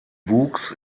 wuchs